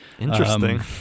Interesting